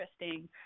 interesting